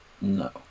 No